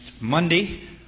Monday